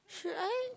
should I